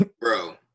Bro